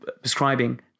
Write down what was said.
prescribing